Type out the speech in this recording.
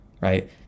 right